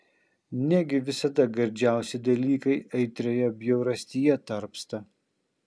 negi visada gardžiausi dalykai aitrioje bjaurastyje tarpsta